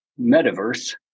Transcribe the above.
metaverse